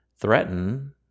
threaten